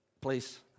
Please